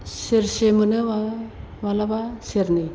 सेरसे मोनो माबा माब्लाबा सेरनै